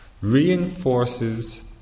reinforces